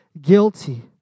guilty